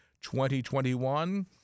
2021